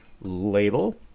label